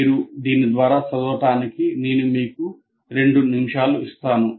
మీరు దాని ద్వారా చదవడానికి నేను మీకు 2 నిమిషాలు ఇస్తాను